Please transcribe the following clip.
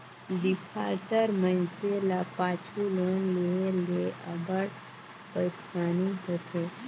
defaulter मइनसे ल पाछू लोन लेहे ले अब्बड़ पइरसानी होथे